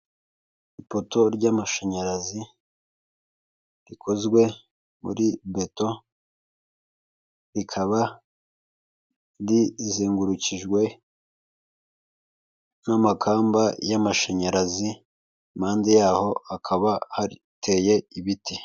Ipoto ry'amashanyarazi rikozwe muri beto, rikaba rizengurukijwe n'amakamba y'amashanyarazi, impande yaho hakaba hateye ibiti.